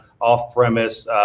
off-premise